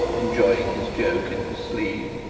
enjoying his joke in his sleeve.